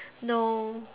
no